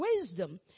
wisdom